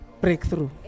breakthrough